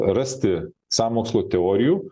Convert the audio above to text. rasti sąmokslo teorijų